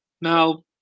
Now